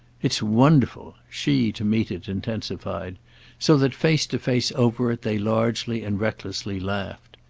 it's wonderful! she, to meet it, intensified so that, face to face over it, they largely and recklessly laughed.